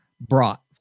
brought